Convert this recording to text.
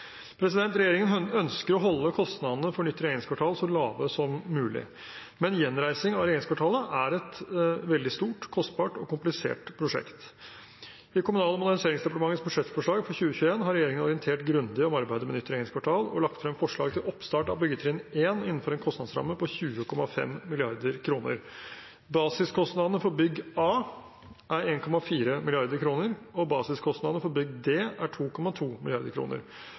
Regjeringen ønsker å holde kostnadene for nytt regjeringskvartal så lave som mulig, men gjenreisingen av regjeringskvartalet er et veldig stort, kostbart og komplisert prosjekt. I Kommunal- og moderniseringsdepartementets budsjettforslag for 2021 har regjeringen orientert grundig om arbeidet med nytt regjeringskvartal og lagt frem forslag til oppstart av byggetrinn 1 innenfor en kostnadsramme på 20,5 mrd. kr. Basiskostnadene for bygg A er 1,4 mrd. kr, og basiskostnadene for bygg D er 2,2